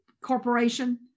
corporation